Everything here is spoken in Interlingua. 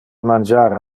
mangiar